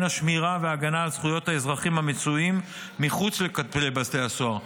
השמירה וההגנה על זכויות האזרחים המצויים מחוץ לכותלי בתי הסוהר.